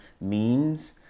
memes